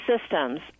systems –